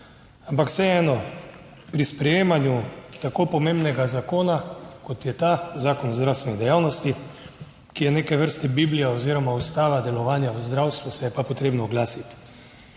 ampak vseeno, pri sprejemanju tako pomembnega zakona, kot je ta Zakon o zdravstveni dejavnosti, ki je neke vrste Biblija oziroma Ustava delovanja v zdravstvu, se je pa potrebno oglasiti.